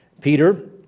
Peter